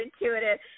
intuitive